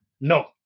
No